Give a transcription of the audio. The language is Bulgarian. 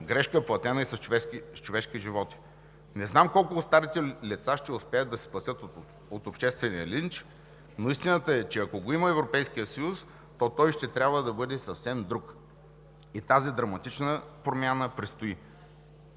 грешка, платена и с човешки животи. Не знам колко от старите лица ще успеят да се спасят от обществения линч, но истината е, че ако го има Европейския съюз, то той ще трябва да бъде съвсем друг. И тази драматична промяна предстои